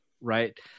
right